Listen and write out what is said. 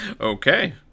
Okay